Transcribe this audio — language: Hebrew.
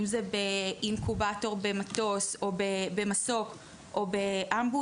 אם זה באינקובטור במסוק או באמבולנס,